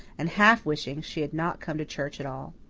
and half wishing she had not come to church at all.